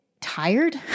tired